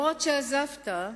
אפילו שעזבת,